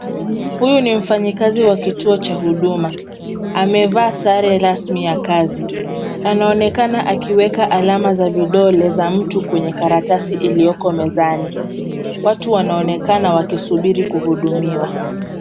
Huyu ni mfanyikazi wa kituo cha Huduma. Amevaa sare rasmi ya kazi. Anaonekana akiweka alama za vidole za mtu kwenye karatasi iliyoko mezani. Watu wanaonekana wakisubiri kuhudumiwa.